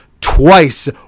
twice